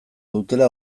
dutela